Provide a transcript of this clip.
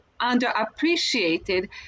underappreciated